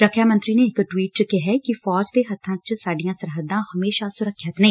ਰੱਖਿਆ ਮੰਤਰੀ ਨੇ ਇਕ ਟਵੀਟ ਚ ਕਿਹੈ ਕਿ ਫੌਜ ਦੇ ਹੱਬਾਂ ਚ ਸਾਡੀਆਂ ਸਰਹੱਦਾਂ ਹਮੇਸ਼ਾਂ ਸੁਰੱਖਿਅਤ ਨੇ